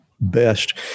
best